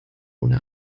ohne